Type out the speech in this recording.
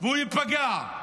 והוא ייפגע.